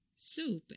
Soap